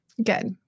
Good